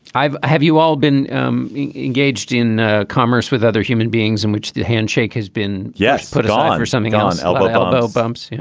i have you all been um engaged in ah commerce with other human beings in which the handshake has been yes. put it all and or something on. elbow, elbow bumps, you know.